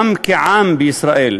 גם כעם בישראל,